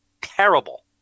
Terrible